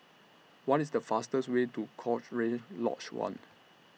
What IS The fastest Way to Cochrane Lodge one